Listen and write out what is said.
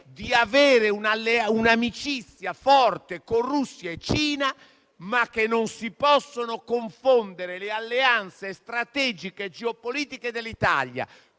di avere un'amicizia forte con Russia e Cina, ma che non si possono confondere le alleanze strategiche e geopolitiche dell'Italia